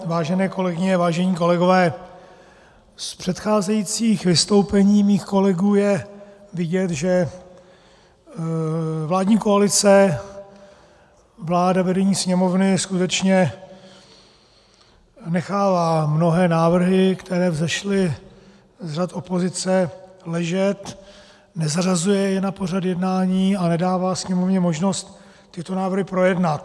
Vážené kolegyně, vážení kolegové, z předcházejících vystoupení mých kolegů je vidět, že vládní koalice, vláda, vedení Sněmovny skutečně nechává mnohé návrhy, které vzešly z řad opozice, ležet, nezařazuje je na pořad jednání a nedává Sněmovně možnost tyto návrhy projednat.